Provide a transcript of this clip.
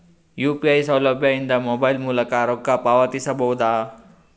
UPI ಸೌಲಭ್ಯ ಇಂದ mobile ಮೂಲಕ ರೊಕ್ಕ ಪಾವತಿಸ ಬಹುದಾ?